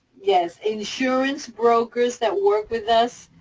yes, insurance brokers that work with us,